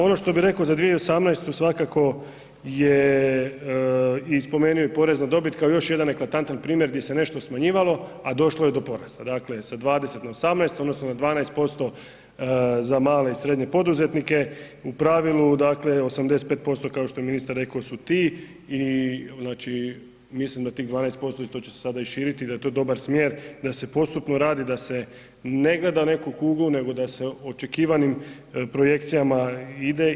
Ono što bi rekao za 2018. svakako je i spomenuo porez na dobit kao još jedan eklatantan primjer gdje se nešto smanjivalo, a došlo je do porasta sa 20 na 18 odnosno na 12% za male i srednje poduzetnike, u pravilu 85% kao što je ministar rekao su ti i mislim da tih 12% i to će sada širiti da je to dobar smjer da se postupno radi, da se ne gleda neku … nego da se očekivanim projekcijama ide.